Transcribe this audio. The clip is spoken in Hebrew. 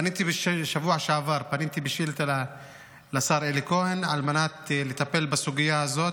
פניתי בשבוע שעבר בשאילתה לשר אלי כהן על מנת לטפל בסוגייה הזאת.